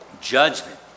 Judgment